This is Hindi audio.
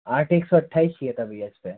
आठ एक सौ अट्ठाईस चाहिए था भैया इस पे